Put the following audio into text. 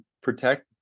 protect